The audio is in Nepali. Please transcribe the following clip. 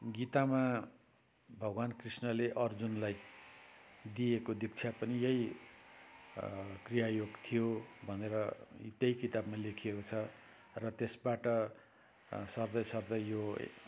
गीतामा भगवान् कृष्णले अर्जुनलाई दिएको दीक्षा पनि यही क्रियायोग थियो भनेर त्यही किताबमा लेखिएको छ र त्यसबाट सर्दै सर्दै यो